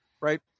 right